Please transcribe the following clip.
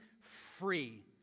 free